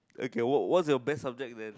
okay wha~ what's your best subject then